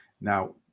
Now